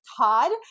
Todd